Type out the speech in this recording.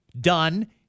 Done